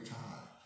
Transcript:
time